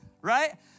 right